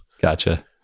Gotcha